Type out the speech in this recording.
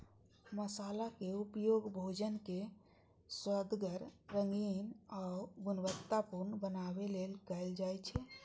मसालाक उपयोग भोजन कें सुअदगर, रंगीन आ गुणवतत्तापूर्ण बनबै लेल कैल जाइ छै